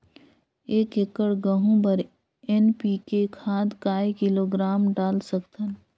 एक एकड़ गहूं बर एन.पी.के खाद काय किलोग्राम डाल सकथन?